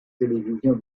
télévision